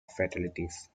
fatalities